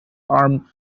arm